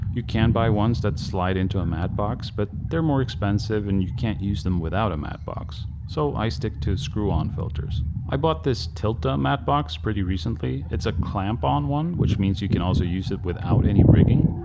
you can buy ones that slide into a matte box but they're more expensive and you can't use them without a matte box. so i stick to screw on filters. i bought this tilta matte box pretty recently. it's a clamp on one which means you can also use it without any rigging.